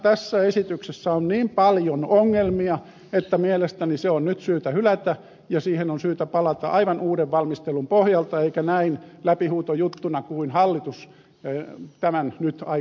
tässä esityksessä on niin paljon ongelmia että mielestäni se on nyt syytä hylätä ja siihen on syytä palata aivan uuden valmistelun pohjalta eikä näin läpihuutojuttuna kuin hallitus tämän nyt aikoo viedä